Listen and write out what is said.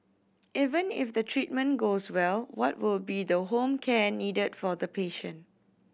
even if the treatment goes well what will be the home care needed for the patient